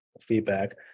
feedback